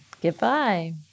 goodbye